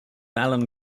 allen